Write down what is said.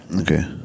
Okay